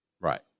Right